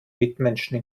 mitmenschen